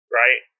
right